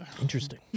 Interesting